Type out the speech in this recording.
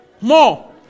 More